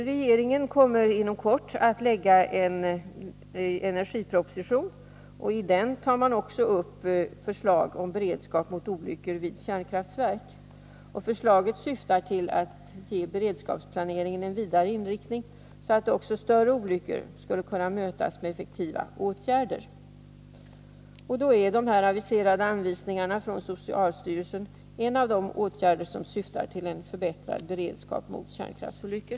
Regeringen kommer inom kort att lägga fram en energiproposition, och i den tar man också upp förslag om beredskap mot olyckor vid kärnkraftverk. Förslaget syftar till att ge beredskapsplaneringen en vidare inriktning, så att också större olyckor skall kunna mötas med effektiva åtgärder. De aviserade anvisningarna från socialstyrelsen är en av de åtgärder som syftar till en förbättrad beredskap mot kärnskraftsolyckor.